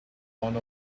one